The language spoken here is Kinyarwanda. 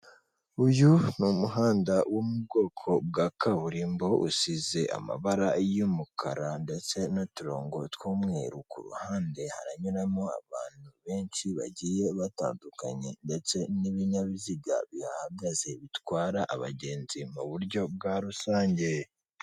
Uyu ni umuhanda wo mu bwoko bwa kaburimbo usize amabara y'umukara ndetse n'uturongo tw'umweru, ku ruhande haranyuramo abantu benshi bagiye batandukanye ndetse n'ibinyabiziga bihahagaze bitwara abagenzi mu buryo bwa rusange.